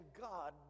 God